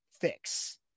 fix